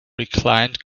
reclined